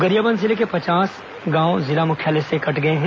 गरियाबंद जिले के पचास गांव जिला मुख्यालय से कट गए हैं